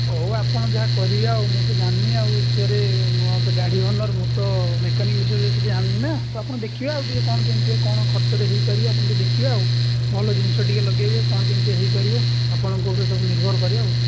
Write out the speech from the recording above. ହଉ ଆପଣ ଯାହା କରିବେ ଆଉ ମୁଁ ତ ଜାଣିନି ଆଉ ଏ ବିଷୟରେ ମୁଁ ତ ଗାଡ଼ିଵାଲାର ମୁଁ ତ ମେକାନିକ୍ ବିଷୟରେ କିଛି ଜାଣିନି ନା ତ ଆପଣ ଦେଖିବେ ଆଉ ଟିକିଏ କ'ଣ କେମିତି କ'ଣ ଖର୍ଚ୍ଚରେ ହେଇପାରିବ ଆପଣ ଟିକିଏ ଦେଖିବେ ଆଉ ଭଲ ଜିନିଷ ଟିକିଏ ଲଗାଇବେ କ'ଣ କେମିତି ହେଇପାରିବ ଆପଣଙ୍କ ଉପରେ ତ ସବୁ ନିର୍ଭର କରେ ଆଉ